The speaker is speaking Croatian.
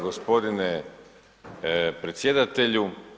Gospodine predsjedatelju.